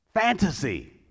fantasy